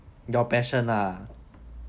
your passion ah